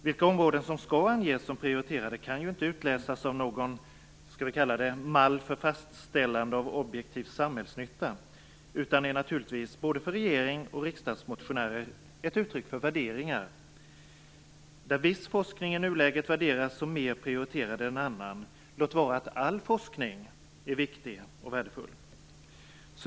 Vilka områden som skall anges som prioriterade kan ju inte utläsas av någon "mall för fastställande av objektiv samhällsnytta", utan är naturligtvis både för regeringen och för riksdagsmotionärer ett uttryck för värderingar, där viss forskning i nuläget värderas som mer prioriterad än annan, låt vara att all forskning är viktig och värdefull.